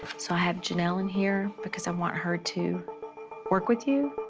so i have jinelle in here because i want her to work with you.